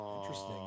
Interesting